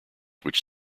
which